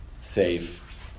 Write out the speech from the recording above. safe